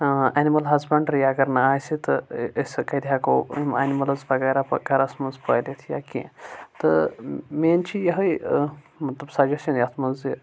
animal husbandry اگر نہٕ آسہِ تہٕ أسۍ کَتہِ ہیکو یم اینملز وغیرہ گٔرس منٛز پٲلتھ یا کینٛہہ تہٕ میانۍ چھِ یِہَے مطلب سجشَن یتھ منٛز زِ